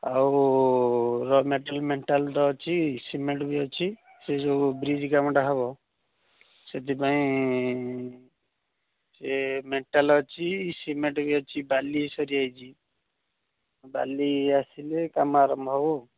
ଆଉ raw material metal ତ ଅଛି ସିମେଣ୍ଟ୍ ବି ଅଛି ସେ ଯେଉଁ ବ୍ରିଜ୍ କାମଟା ହେବ ସେଥିପାଇଁ ସେ ମେଟାଲ୍ ଅଛି ସିମେଣ୍ଟ୍ ବି ଅଛି ବାଲି ସରିଯାଇଛି ବାଲି ଆସିଲେ କାମ ଆରମ୍ଭ ହେବ ଆଉ